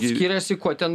skiriasi kuo ten